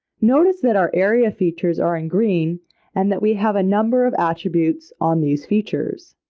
notice that our area features are in green and that we have a number of attributes on these features.